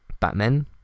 Batman